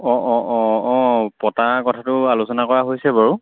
অঁ অঁ অঁ অঁ পতাৰ কথাটো আলোচনা কৰা হৈছে বাৰু